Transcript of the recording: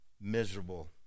miserable